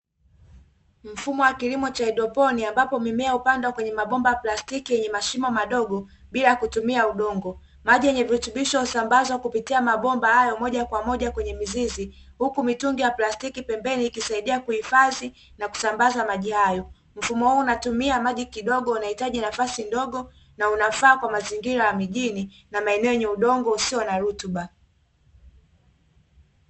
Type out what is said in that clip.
Mfumo wa kilimo cha haidroponi ambapo mimea hupandwa kwenye mabomba plastiki yenye mashimo madogo bila kutumia udongo, maji yenye virutubisho husambazwa kupitia mabomba hayo moja kwa moja kwenye mizizi, huku mitungi ya plastiki pembeni ikisaidia kuhifadhi na kusambaza maji hayo, mfumo huu unatumia maji kidogo, unahitaji nafasi ndogo na unafaa kwa mazingira ya mijini na maeneo yenye udongo usio na rutuba.